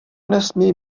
nesmí